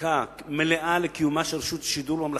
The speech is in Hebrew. הצדקה מלאה לקיומה של רשות שידור ממלכתית,